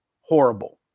Horrible